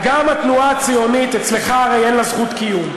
גם התנועה הציונית, אצלך הרי אין לה זכות קיום.